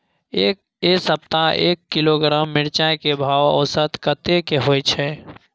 ऐ सप्ताह एक किलोग्राम मिर्चाय के भाव औसत कतेक होय छै?